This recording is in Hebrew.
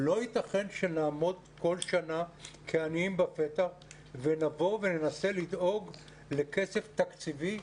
לא ייתכן שנעמוד כל שנה כעניים בפתח ונבוא וננסה לדאוג לכסף תקציבי,